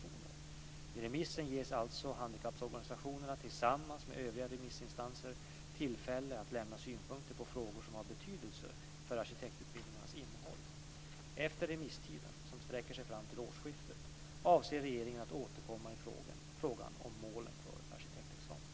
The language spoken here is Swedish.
I remissen ges alltså handikapporganisationerna tillsammans med övriga remissinstanser tillfälle att lämna synpunkter på frågor som har betydelse för arkitektutbildningarnas innehåll. Efter remisstiden, som sträcker sig fram till årsskiftet, avser regeringen att återkomma i frågan om målen för arkitektexamen.